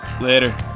Later